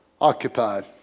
occupied